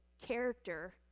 character